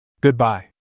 Goodbye